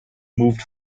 moved